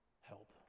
help